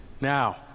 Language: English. Now